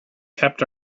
kept